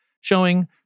showing